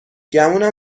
گمونم